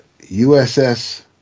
uss